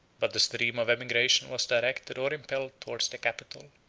but the stream of emigration was directed or impelled towards the capital.